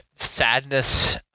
sadness